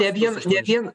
ne vien ne vien